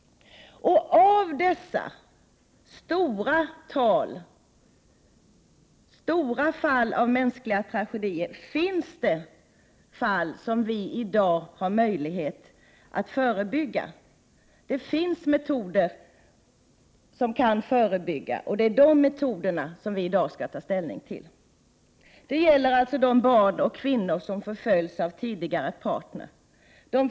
Det finns i dag möjlighet att förebygga misshandel. Nu skall vi ta ställning till de metoder som det blir fråga om, det gäller barn och kvinnor som förföljs av tidigare partner.